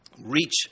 reach